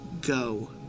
Go